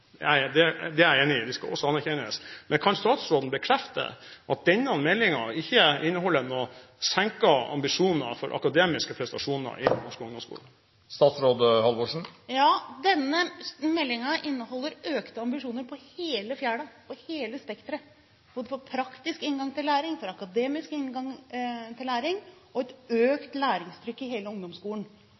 jeg enig i, de skal også anerkjennes. Men kan statsråden bekrefte at denne meldingen ikke inneholder noen senkede ambisjoner for akademiske prestasjoner i norsk ungdomsskole? Ja, denne meldingen innholder økte ambisjoner over hele fjela, over hele spekteret – både for praktisk inngang til læring, for akademisk inngang til læring og for et økt læringstrykk i hele ungdomsskolen.